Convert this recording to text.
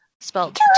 Spelled